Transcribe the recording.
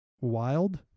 wild